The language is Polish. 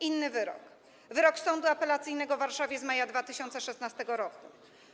Inny wyrok - wyrok Sądu Apelacyjnego w Warszawie z maja 2016 r.